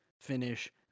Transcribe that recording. finish